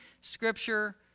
scripture